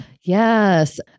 Yes